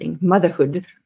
motherhood